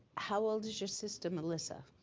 how old is your sister, melissa? ah,